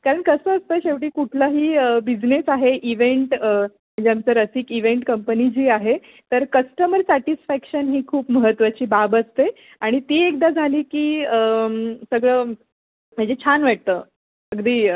कारण कसं असतं शेवटी कुठलाही बिझनेस आहे इवेंट म्हणजे आमचं रसिक इव्हेंट कंपनी जी आहे तर कस्टमर सॅटिस्फॅक्शन ही खूप महत्त्वाची बाब असते आणि ती एकदा झाली की सगळं म्हणजे छान वाटतं अगदी